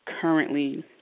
currently